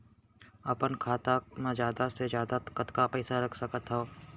अपन खाता मा जादा से जादा कतका पइसा रख सकत हव?